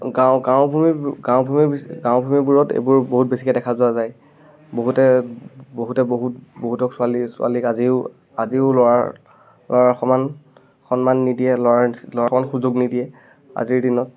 গাঁও গাঁও ভূঁই গাঁও ভূঁই বিচ গাঁও ভূঁইবোৰত এইবোৰ বহুত বেছিকে দেখা যোৱা যায় বহুতে বহুতে বহুত বহুতক ছোৱালী ছোৱালীক আজিও আজিও ল'ৰাৰ ল'ৰাৰ সমান সন্মান নিদিয়ে ল'ৰাৰ ল'ৰাৰ সমান সুযোগ নিদিয়ে আজিৰ দিনত